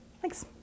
Thanks